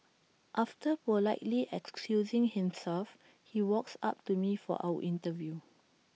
after politely excusing himself he walks up to me for our interview